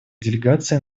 делегации